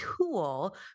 tool